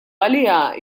għaliha